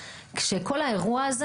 כשכל האירוע הזה